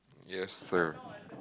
yes sir